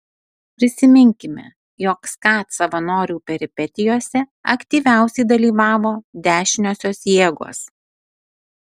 prisiminkime jog skat savanorių peripetijose aktyviausiai dalyvavo dešiniosios jėgos